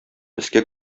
өскә